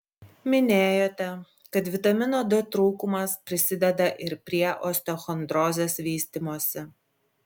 minėjote kad vitamino d trūkumas prisideda ir prie osteochondrozės vystymosi